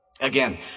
Again